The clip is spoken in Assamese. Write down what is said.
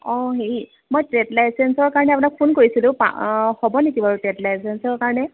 অঁ হেৰি মই ট্ৰে'ড লাইচেঞ্চৰ কাৰণে আপোনাক ফোন কৰিছিলোঁ পা হ'ব নেকি বাৰু ট্ৰে'ড লাইচেঞ্চৰ কাৰণে